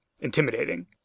intimidating